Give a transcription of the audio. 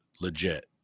legit